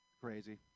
Crazy